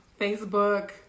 Facebook